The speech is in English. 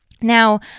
Now